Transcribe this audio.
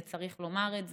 וצריך לומר את זה.